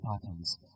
patterns